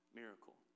miracle